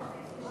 לא,